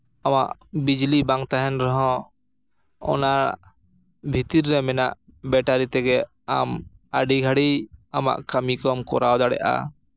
ᱟᱢᱟᱜ ᱵᱤᱡᱽᱞᱤ ᱵᱟᱝ ᱛᱟᱦᱮᱱ ᱨᱮᱦᱚᱸ ᱚᱱᱟ ᱵᱷᱤᱛᱤᱨ ᱨᱮ ᱢᱮᱱᱟᱜ ᱵᱮᱴᱟᱨᱤ ᱛᱮᱜᱮ ᱟᱢ ᱟᱹᱰᱤ ᱜᱷᱟᱹᱲᱤᱡ ᱟᱢᱟᱜ ᱠᱟᱹᱢᱤ ᱠᱚᱢ ᱠᱚᱨᱟᱣ ᱫᱟᱲᱮᱭᱟᱜᱼᱟ